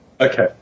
Okay